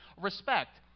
respect